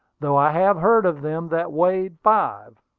though i have heard of them that weighed five.